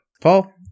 Paul